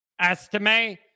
estimate